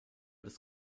des